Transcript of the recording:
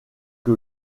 que